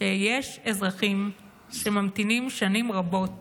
שיש אזרחים שממתינים שנים רבות